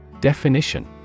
Definition